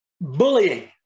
Bullying